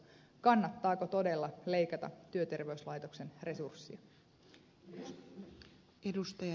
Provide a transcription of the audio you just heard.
kannattaako todella leikata työterveyslaitoksen resursseja